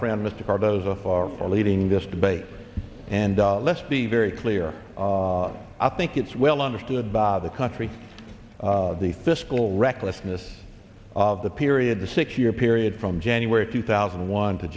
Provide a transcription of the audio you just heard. friend mr cardoza for leading this debate and let's be very clear i think it's well understood by the country the fiscal recklessness of the period the six year period from january two thousand and one to